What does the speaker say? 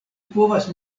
povas